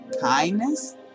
kindness